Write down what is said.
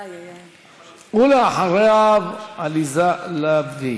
ואחריו, עליזה לביא.